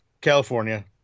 California